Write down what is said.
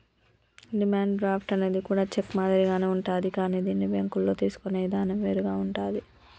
demand draft అనేది కూడా cheque మాదిరిగానే ఉంటాది కానీ దీన్ని బ్యేంకుల్లో తీసుకునే ఇదానం వేరుగా ఉంటాది